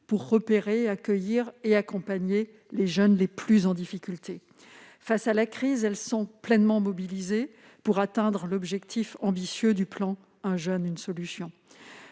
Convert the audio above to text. pour repérer, accueillir et accompagner les jeunes les plus en difficulté. Face à la crise, elles sont pleinement mobilisées pour atteindre l'objectif ambitieux du plan « 1 jeune, 1 solution ».